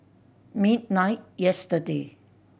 midnight yesterday